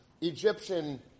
Egyptian